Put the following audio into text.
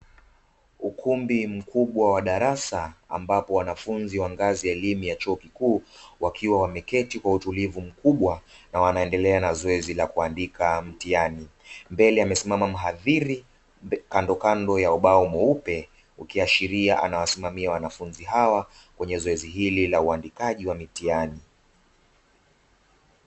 Ukumbi mkubwa wa darasa ambapo wanafunzi wa ngazi ya elimu ya chuo kikuu wakiwa wameketi kwa utulivu mkubwa na wanaendelea na zoezi la kuandika mtihani. Mbele amesimama mhadhiri kandokando ya ubao mweupe, ikiashiria anawasimamia wanafunzi hawa kwenye zoezi hili la uandikaji wa mitihani.